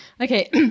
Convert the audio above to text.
okay